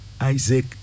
Isaac